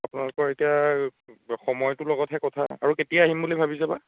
আপোনালোকৰ এতিয়া সময়টোৰ লগতহে কথা আৰু কেতিয়া আহিম বুলি ভাবিছে বা